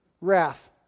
wrath